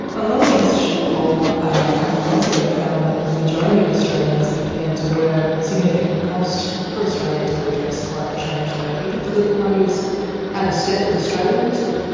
a lowy institute poll a couple of months ago found that the majority of australians are prepared to wear significant cost for australia to address climate change though. do you think the liberal party is out of step with australia on this one?